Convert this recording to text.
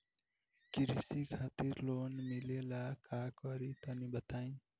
कृषि खातिर लोन मिले ला का करि तनि बताई?